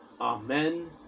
Amen